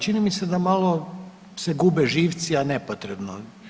Čini mi se da malo se gube živci a nepotrebno.